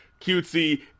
cutesy